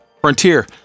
frontier